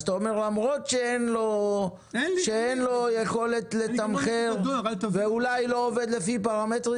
אתה אומר שלמרות שאין לו יכולת לתמחר ואולי הוא לא עובד לפי פרמטרים,